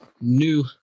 new